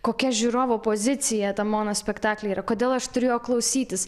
kokia žiūrovo pozicija tam mono spektaklyje yra kodėl aš turiu jo klausytis